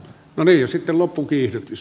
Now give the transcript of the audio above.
sitten loppukiihdytys